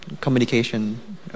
communication